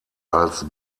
als